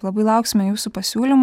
labai lauksime jūsų pasiūlymų